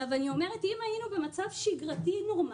אם היינו במצב שגרתי, נורמלי,